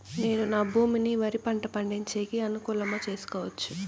నేను నా భూమిని వరి పంట పండించేకి అనుకూలమా చేసుకోవచ్చా?